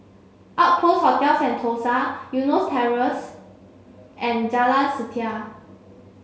Outpost Hotel Sentosa Eunos Terrace and Jalan Setia